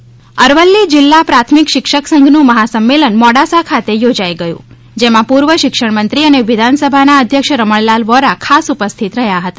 શિક્ષક સંમેલન અરવલ્લી જિલ્લા પ્રાથમિક શિક્ષક સંઘનું મહા સંમેલન મોડાસા ખાતે યોજાઈ ગયું જેમાં પૂર્વ શિક્ષણ મંત્રી અને વિધાનસભા અધ્યક્ષ રમણલાલ વોરા ખાસ ઉપસ્થિત રહ્યા હતા